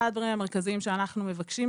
אחד הדברים המרכזיים שאנחנו מבקשים